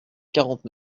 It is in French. quarante